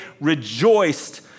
rejoiced